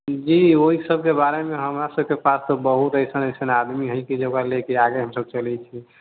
जी ओहिसबके बारेमे हमरासबके पास तऽ बहुत ऐसन ऐसन आदमी है कि जे ओकरा लयके आगे हमसब चलै छियै